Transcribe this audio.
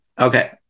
Okay